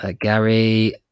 Gary